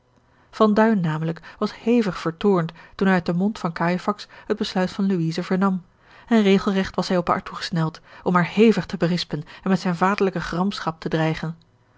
namelijk was hevig vertoornd toen hij uit den mond van cajefax het besluit van louise vernam en regelregt was hij op haar toegesneld om haar hevig te berispen en met zijne vaderlijke gramschap te dreigen